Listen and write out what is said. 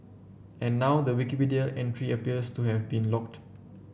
and now the Wikipedia entry appears to have been locked